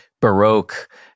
Baroque